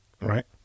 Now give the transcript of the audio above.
Right